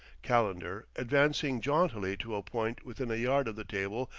calendar, advancing jauntily to a point within a yard of the table,